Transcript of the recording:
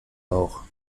bauch